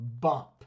bump